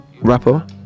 rapper